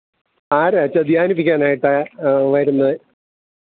ആരാണ് അച്ഛാ ധ്യാനിപ്പിക്കാനായിട്ട് വരുന്നത്